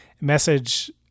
message